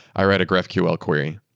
i write a graphql query.